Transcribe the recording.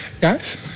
guys